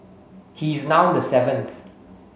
he is now the seventh